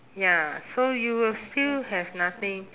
ya so you will still have nothing